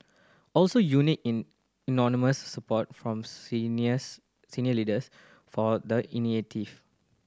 also unique in support from seniors senior leaders for the initiative